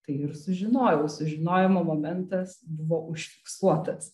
tai ir sužinojau sužinojimo momentas buvo užfiksuotas